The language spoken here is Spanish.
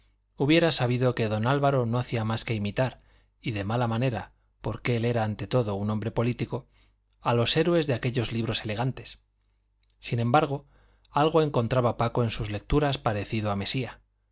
hubiera sabido que don álvaro no hacía más que imitar y de mala manera porque él era ante todo un hombre político a los héroes de aquellos libros elegantes sin embargo algo encontraba paco en sus lecturas parecido a mesía